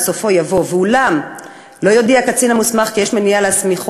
בסופו יבוא: "ואולם לא יודיע הקצין המוסמך כי יש מניעה להסמיכו